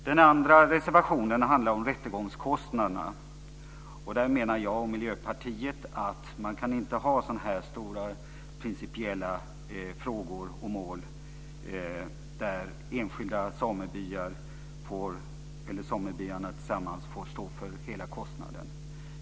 Den andra reservationen handlar om rättegångskostnaderna. Jag och Miljöpartiet menar att man inte kan ha sådana här stora principiella mål där enskilda samebyar eller samebyar tillsammans får stå för hela kostnaden.